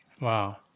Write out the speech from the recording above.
Wow